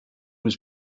was